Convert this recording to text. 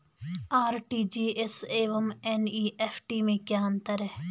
RTGS एवं NEFT में क्या अंतर है?